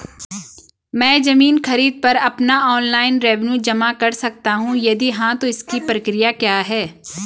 मैं ज़मीन खरीद पर अपना ऑनलाइन रेवन्यू जमा कर सकता हूँ यदि हाँ तो इसकी प्रक्रिया क्या है?